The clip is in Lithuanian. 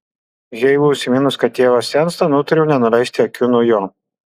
heilui užsiminus kad tėvas sensta nutariau nenuleisti akių nuo jo